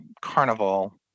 carnival